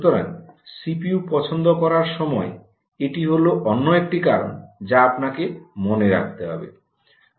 সুতরাং সিপিইউ পছন্দ করার সময় এটি হলো অন্য একটি কারণ যা আপনাকে মনে রাখতে হবে